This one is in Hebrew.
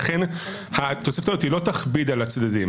לכן התוספת הזאת לא תכביד על הצדדים,